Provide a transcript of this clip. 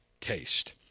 taste